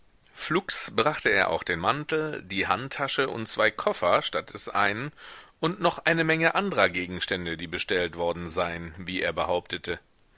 flugs brachte er auch den mantel die handtasche und zwei koffer statt des einen und noch eine menge andrer gegenstände die bestellt worden seien wie er behauptete